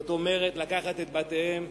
זאת אומרת לקחת את בתיהם,